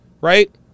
Right